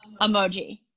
Emoji